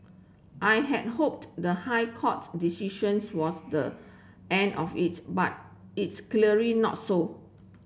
I had hoped the High Court decisions was the end of it but it's clearly not so